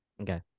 Okay